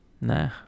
nah